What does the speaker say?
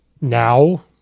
Now